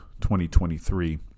2023